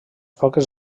poques